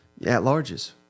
at-larges